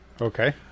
okay